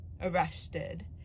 arrested